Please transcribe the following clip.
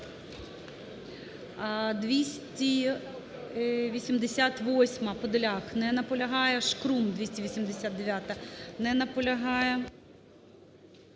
288-а, Подоляк. Не наполягає. Шкрум, 289-а. Не наполягає.